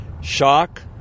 shock